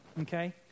okay